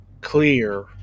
clear